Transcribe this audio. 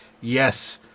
yes